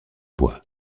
bois